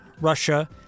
Russia